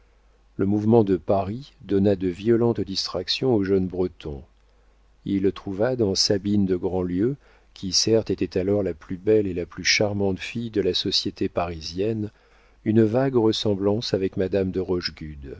le mouvement de paris donna de violentes distractions au jeune breton il trouva dans sabine de grandlieu qui certes était alors la plus belle et la plus charmante fille de la société parisienne une vague ressemblance avec madame de